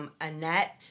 Annette